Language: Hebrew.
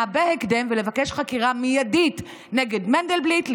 בהקדם ולבקש חקירה מיידית נגד מנדלבליט,